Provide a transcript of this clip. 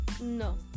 No